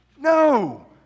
No